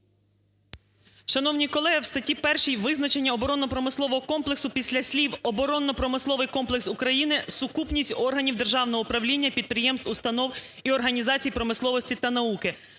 Шановні колеги, в статті першій визначення "оборонно-промислового комплексу" після слів "оборонно-промисловий комплекс України – сукупність органів державного управління, підприємств, установ і організацій промисловості та науки"